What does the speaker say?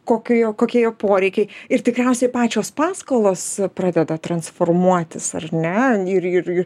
kokio jo kokie jo poreikiai ir tikriausiai pačios paskolos pradeda transformuotis ar ne ir ir i